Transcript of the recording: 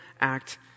act